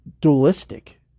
dualistic